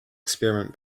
experiment